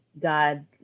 God